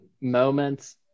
moments